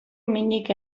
minik